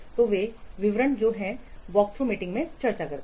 तो वे विवरण जो वे वॉकथ्रू मीटिंग में चर्चा करते हैं